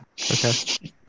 okay